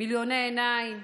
מיליוני עיניים